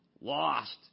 lost